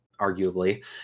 arguably